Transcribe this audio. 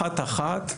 אחת אחת,